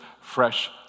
fresh